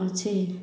ଅଛି